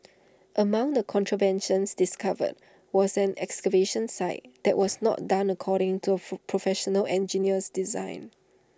among the contraventions discovered was an excavation site that was not done according to A F full Professional Engineer's design